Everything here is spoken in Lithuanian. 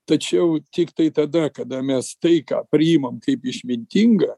tačiau tiktai tada kada mes tai ką priimam kaip išmintingą